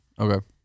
Okay